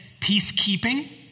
Peacekeeping